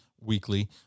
weekly